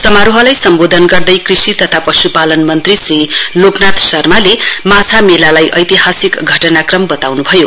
समारोहलाई सम्बोधन गर्दै कृषि तथा पश्पालन मन्त्री श्री लोकनाथ शर्माले माछा मेलालाई ऐतिहासिक घटनाक्रम बताउन् भयो